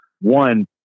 One